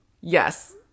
Yes